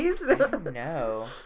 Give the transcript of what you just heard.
no